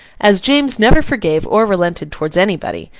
as james never forgave or relented towards anybody,